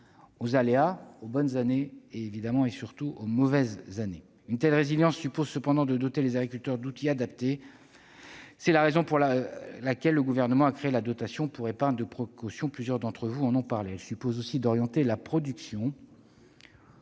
aux aléas, aux bonnes et surtout, évidemment, aux mauvaises années. Une telle résilience suppose de doter les agriculteurs d'outils adaptés. C'est la raison pour laquelle le Gouvernement a créé la dotation pour épargne de précaution, dont plusieurs d'entre vous ont parlé. Elle suppose aussi d'orienter la production,